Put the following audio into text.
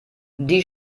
die